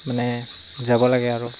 মানে যাব লাগে আৰু